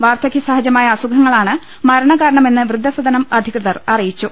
വാർധകൃ സ്ഹജമായ അസുഖങ്ങളാണ് മരണകാരണമെന്ന് വൃദ്ധസദനം അധികൃതർ അറിയിച്ചു